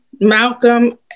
Malcolm